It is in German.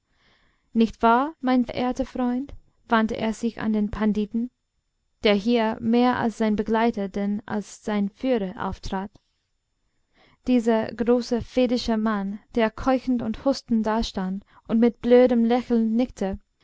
nicht wahr mein verehrter freund wandte er sich an den panditen der hier mehr als sein begleiter denn als sein führer auftrat dieser große vedische mann der keuchend und hustend dastand und mit blödem lächeln nickte